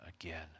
again